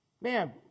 Man